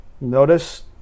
Notice